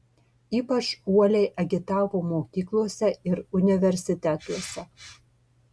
ypač uoliai agitavo mokyklose ir universitetuose